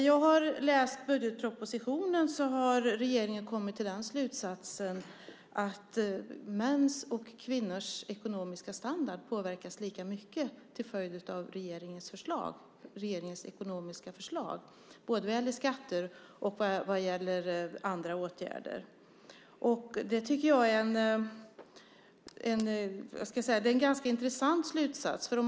Jag har läst budgetpropositionen, och regeringen har kommit till slutsatsen att mäns och kvinnors ekonomiska standard påverkas lika mycket till följd av regeringens ekonomiska förslag. Det gäller både skatter och andra åtgärder. Det är en intressant slutsats.